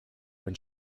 when